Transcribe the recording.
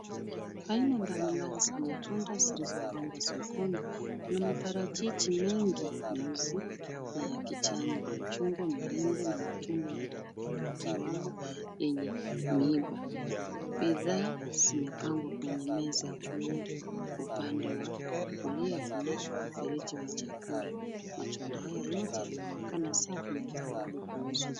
Aina mbalimbali za matunda zilizopangwa sokoni. Kuna maparachichi mengi meusi na ya kijani, machungwa, maembe na matunda yakiwemo yenye miiba. Bidhaa zimepangwa kwenye meza juu, upande wa kulia kuna mfereji wa chakula. Matunda haya yote yanaonekana safi na tayari kuuzwa.